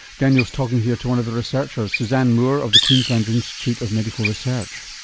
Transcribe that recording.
daniel's talking here to one of the researchers, suzanne moore of the queensland institute of medical research.